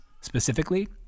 Specifically